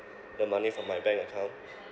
the money from my bank account